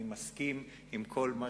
אני מסכים עם כל מה